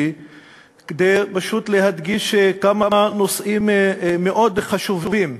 כדי פשוט להדגיש כמה נושאים מאוד חשובים,